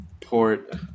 Port